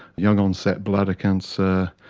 young onset bladder cancer,